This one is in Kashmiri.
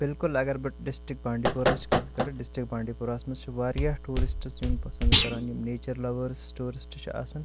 بلکُل اگر بہٕ ڈِسٹرک بانٛڈی پوراہٕچ کَتھ کَرٕ ڈِسٹرک بانٛدی پوٗراہس منٛز چھُ وارِیاہ ٹوٗرِسٹٕس یُن پسنٛد کَران نیٚچر لوٲرٕس ٹوٗرسٹ چھِ آسان